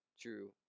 true